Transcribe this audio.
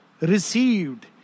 received